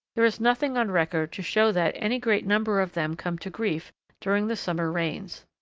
there is nothing on record to show that any great number of them come to grief during the summer rains.